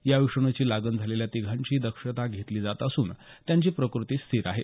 या विषाणूची लागण झालेल्या तिघांची दक्षता घेतली जात असून त्यांची प्रकृती स्थिर आहे